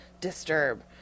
disturb